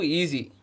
easy